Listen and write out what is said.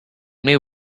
new